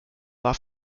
war